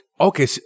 Okay